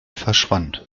verschwand